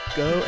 go